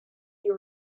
you